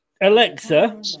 Alexa